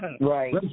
Right